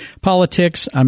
politics